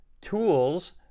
tools